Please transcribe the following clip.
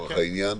לצורך העניין,